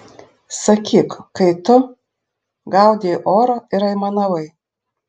sakyk kai tu gaudei orą ir aimanavai